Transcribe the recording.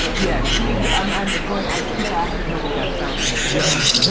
yes, she is i'm i'm going. i keep asking her where that fountain is yeah.